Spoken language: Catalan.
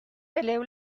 peleu